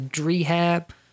rehab